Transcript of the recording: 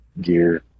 gear